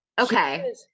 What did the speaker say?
Okay